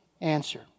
answer